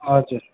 हजुर